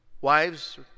Wives